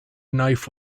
knife